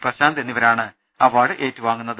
പ്രശാന്ത് എന്നിവരാണ് അവാർഡ് ഏറ്റുവാങ്ങുന്നത്